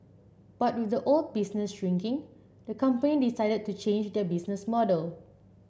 but with the old business shrinking the company decided to change their business model